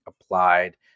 applied